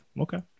Okay